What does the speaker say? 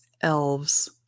elves